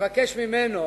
ומבקש ממנו